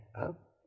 up